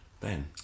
Ben